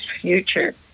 future